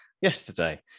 yesterday